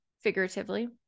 figuratively